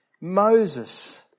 Moses